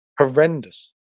horrendous